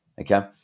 Okay